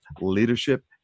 leadership